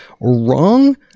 wrong